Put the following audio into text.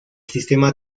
sistema